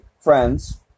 friends